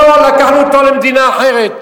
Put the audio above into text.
לא לקחנו אותו למדינה אחרת.